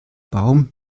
baum